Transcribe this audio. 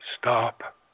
Stop